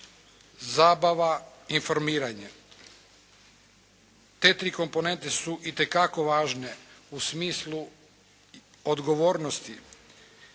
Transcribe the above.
zabava, informiranje. Te tri komponente su itekako važne u smislu odgovornosti